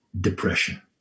depression